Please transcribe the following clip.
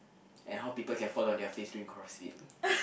and how people can fall on their face doing CrossFit